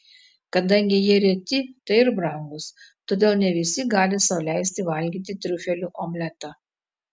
kadangi jie reti tai ir brangūs todėl ne visi gali sau leisti valgyti triufelių omletą